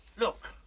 look,